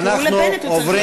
אנחנו עוברים